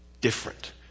Different